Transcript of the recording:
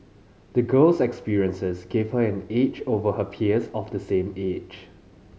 the girl's experiences gave her an edge over her peers of the same age